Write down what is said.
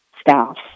staff